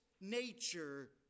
nature